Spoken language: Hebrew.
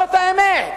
זאת האמת.